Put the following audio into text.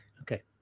okay